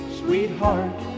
sweetheart